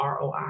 ROI